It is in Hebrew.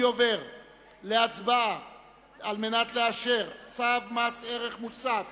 אני קובע שצו מס ערך מוסף